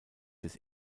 des